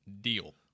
deal